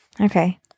Okay